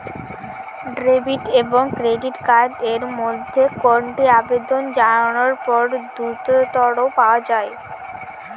Debit এবং credit card এর মধ্যে কোনটি আবেদন জানানোর পর দ্রুততর পাওয়া য়ায়?